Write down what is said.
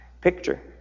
Picture